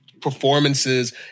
performances